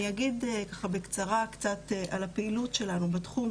אני אגיד בקצרה על הפעילות שלנו בתחום,